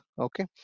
okay